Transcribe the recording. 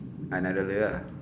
another layer